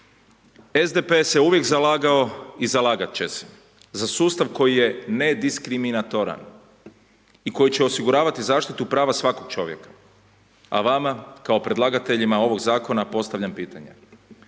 SDP se uvijek zalagao i zalagat će se za sustav koji je nediskriminatoran i koji će osiguravati zaštitu prava svakog čovjeka, a vama kao predlagateljima ovog zakona postavljam pitanje,